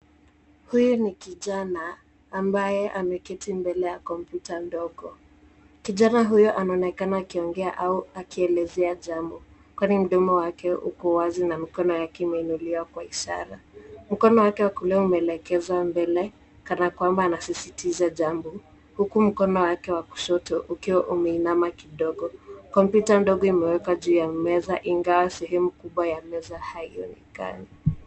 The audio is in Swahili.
Huyu ni kijana ambaye ameketi mbele ya kompyuta ndogo. Kijana huyu anaonekana akiongea au akielezea jambo kwani mdomo wake uko wazi na mikono yake imeinuliwa kwa ishara. Mkono wa wa kulia umeelekezwa mbele kana kwamba anasisitiza jambo huku mkono wake wa kushoto ukiwa umeinama kidogo. Kompyuta ndogo imewekwa juu ya meza ingawa sehemu kubwa ya meza haionekani.